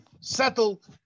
settled